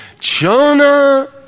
Jonah